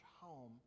home